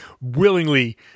willingly